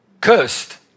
Cursed